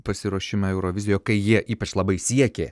pasiruošimą eurovizijoo kai jie ypač labai siekė